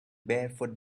barefoot